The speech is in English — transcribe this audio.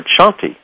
Shanti